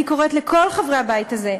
אני קוראת לכל חברי הבית הזה,